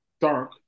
dark